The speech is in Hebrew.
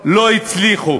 לא הצליחו